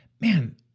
man